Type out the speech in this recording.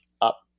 up